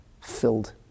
filled